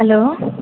hello